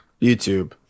YouTube